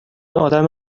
آدم